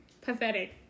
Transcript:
Pathetic